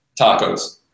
Tacos